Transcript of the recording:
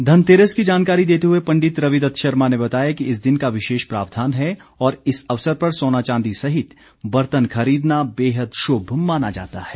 धनतेरस की जानकारी देते हुए पंडित रवि दत्त शर्मा ने बताया कि इस दिन का विशेष प्रावधान है और इस अवसर पर सोना चांदी सहित बर्तन खरीदना बेहद शुभ माना जाता है